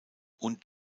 und